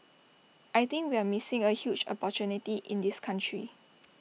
I think we are missing A huge opportunity in this country